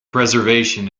preservation